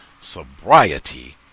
Sobriety